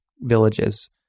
villages